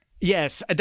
Yes